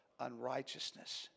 unrighteousness